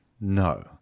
no